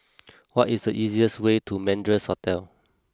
what is the easiest way to Madras Hotel